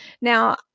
Now